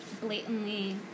blatantly